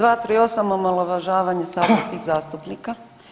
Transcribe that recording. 238, omalovažavanje saborskih zastupnika.